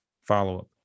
follow-up